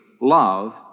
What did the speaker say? Love